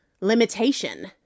limitation